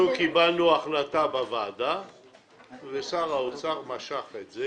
אנחנו קיבלנו החלטה בוועדה ושר האוצר משך את זה